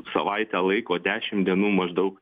savaitę laiko dešimt dienų maždaug